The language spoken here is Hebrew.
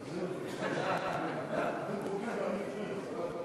תחזירו את מעט הכבוד שיש לכם.